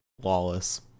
lawless